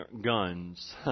guns